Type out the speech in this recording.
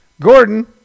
Gordon